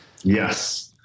Yes